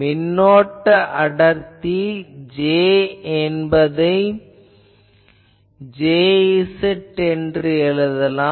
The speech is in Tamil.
மின்னோட்ட அடர்த்தி J என்பதை Jz என்று எழுதலாம்